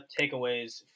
takeaways